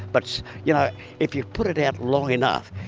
but yeah if you put it out long enough,